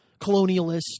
colonialist